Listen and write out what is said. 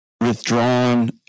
withdrawn